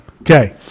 Okay